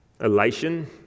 Elation